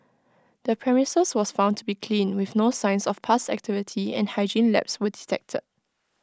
the premises was found to be clean with no signs of pest activity and hygiene lapse were detected